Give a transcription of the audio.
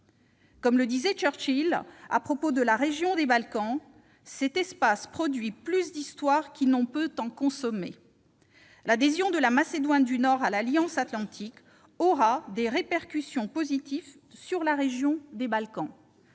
Comme le disait Churchill à son propos :« Cet espace produit plus d'histoire qu'il n'en peut consommer !» L'adhésion de la Macédoine du Nord à l'alliance atlantique aura des répercussions positives sur la région des Balkans,